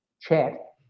Chat